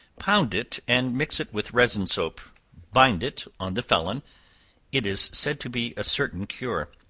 pound it and mix it with resin soap bind it on the felon it is said to be a certain cure.